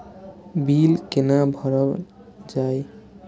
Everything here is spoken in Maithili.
बील कैना भरल जाय?